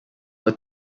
were